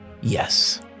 Yes